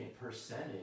percentage